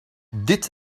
dit